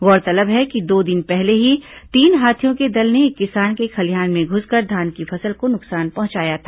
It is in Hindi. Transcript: गौरतलब है कि दो दिन पहले ही तीन हाथियों के दल ने एक किसान के खलिहान में घुसकर धान की फसल को नुकसान पहुंचाया था